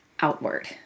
outward